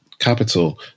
capital